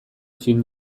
film